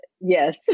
Yes